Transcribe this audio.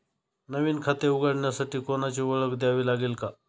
नवीन खाते उघडण्यासाठी कोणाची ओळख द्यावी लागेल का?